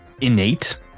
innate